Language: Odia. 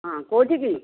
ହଁ କେଉଁଠିକି